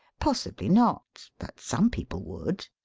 possibly not, but some people would.